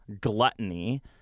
gluttony